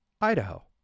Idaho